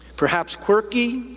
perhaps quirky,